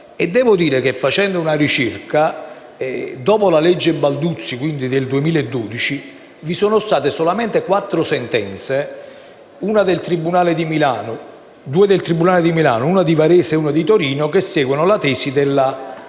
Devo dire che, facendo una ricerca, dopo la legge Balduzzi del 2012, vi sono state solamente quattro sentenze - due del tribunale di Milano, una di Varese e una di Torino - che seguono la tesi del